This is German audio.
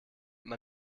man